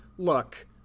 Look